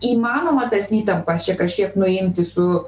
įmanoma tas įtampas čia kažkiek nuimti su